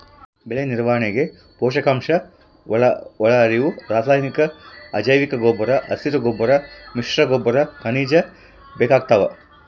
ಬೆಳೆನಿರ್ವಹಣೆಗೆ ಪೋಷಕಾಂಶಒಳಹರಿವು ರಾಸಾಯನಿಕ ಅಜೈವಿಕಗೊಬ್ಬರ ಹಸಿರುಗೊಬ್ಬರ ಮಿಶ್ರಗೊಬ್ಬರ ಖನಿಜ ಬೇಕಾಗ್ತಾವ